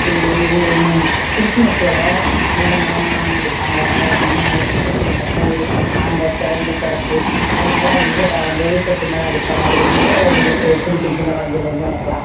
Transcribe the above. எங்கள் ஊர் க்றிஸ்மஸோட நல்ல மேளம் அடிப்பாங்க பன்னிரெண்டு மணி நைட்டு பூசை நடக்கும் இது ஆண்டவர் பிறந்த பிறப்பு அதுக்கு எல்லாம் எலிமினேட் ஆகும்போது கொட்டு மேளம் அடிப்பாங்க அது ரொம்ப எங்களுக்கு பிடிக்கும் சின்ன குலந்தைல இருந்தே எனக்கு எல்லாம்